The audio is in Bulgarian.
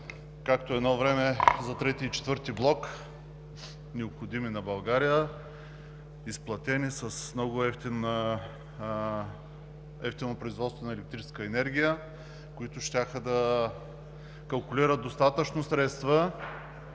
както едно време за 3 ти и 4-ти блок, необходими на България, изплатени с много евтино производство на електрическа енергия, които щяха да калкулират достатъчно средства